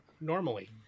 normally